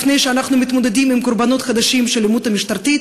לפני שאנחנו מתמודדים עם קורבנות חדשים של האלימות המשטרתית.